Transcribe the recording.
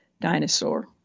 dinosaur